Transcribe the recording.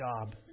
job